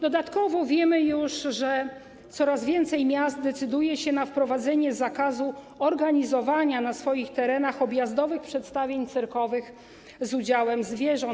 Dodatkowo wiemy już, że coraz więcej miast decyduje się na wprowadzenie zakazu organizowania na swoich terenach objazdowych przedstawień cyrkowych z udziałem zwierząt.